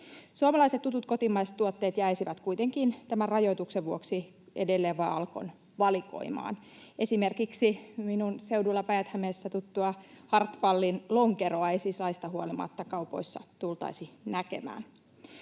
Suomalaiset tutut kotimaiset tuotteet jäisivät kuitenkin tämän rajoituksen vuoksi edelleen vain Alkon valikoimaan. Esimerkiksi minun seudullani Päijät-Hämeessä tuttua Hartwallin lonkeroa ei siis laista huolimatta kaupoissa tultaisi näkemään.